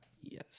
Yes